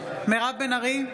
מירב בן ארי,